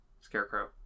Scarecrow